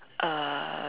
uh